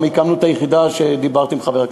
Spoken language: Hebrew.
גם הקמנו את היחידה, דיברתי עם חבר הכנסת,